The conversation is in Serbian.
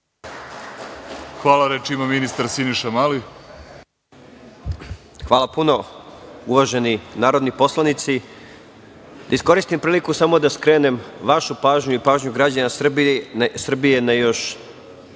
Hvala. Reč ima ministar Siniša Mali. **Siniša Mali** Hvala puno. Uvaženi narodni poslanici da iskoristim priliku samo da skrenem vašu pažnju i pažnju građana Srbije na još